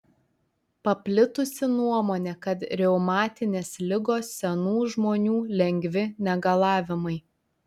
paplitusi nuomonė kad reumatinės ligos senų žmonių lengvi negalavimai